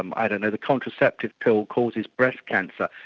um i don't know, the contraceptive pill causes breast cancer,